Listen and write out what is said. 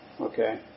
Okay